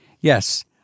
Yes